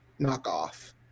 knockoff